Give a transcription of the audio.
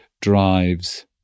drives